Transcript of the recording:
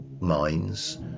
minds